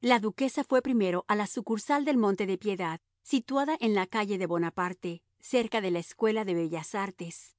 la duquesa fue primero a la sucursal del monte de piedad situada en la calle de bonaparte cerca de la escuela de bellas artes